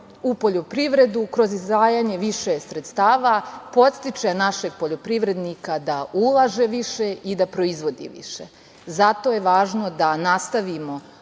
u poljoprivredu, kroz izdvajanje više sredstava podstiče našeg poljoprivrednika da ulaže više i da proizvodi više. Zato je važno da nastavimo